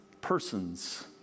persons